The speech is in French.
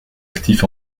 actif